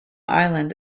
island